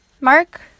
Mark